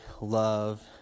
love